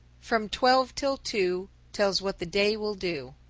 from twelve till two tells what the day will do.